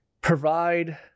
provide